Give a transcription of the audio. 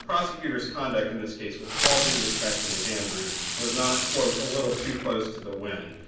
prosecutor's conduct in this case, with all due respect to ms. andrieu, was not, quote, a little too close to the wind.